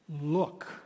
Look